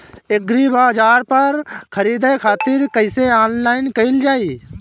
एग्रीबाजार पर खरीदे खातिर कइसे ऑनलाइन कइल जाए?